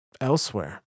elsewhere